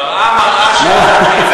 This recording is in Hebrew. מראה מראה שעל הקיר.